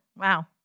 Wow